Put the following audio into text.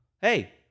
hey